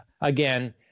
again